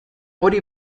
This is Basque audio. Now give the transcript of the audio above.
hori